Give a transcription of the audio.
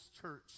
church